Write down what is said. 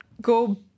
go